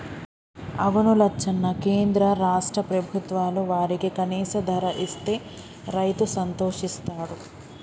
అవును లచ్చన్న కేంద్ర రాష్ట్ర ప్రభుత్వాలు వారికి కనీస ధర ఇస్తే రైతు సంతోషిస్తాడు